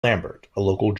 local